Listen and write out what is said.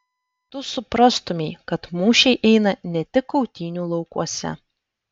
tu suprastumei kad mūšiai eina ne tik kautynių laukuose